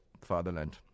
fatherland